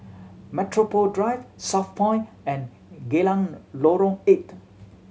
Metropole Drive Southpoint and Geylang Lorong Eight